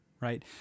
Right